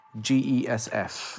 GESF